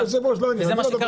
היושב ראש לא --- שוב,